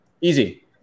easy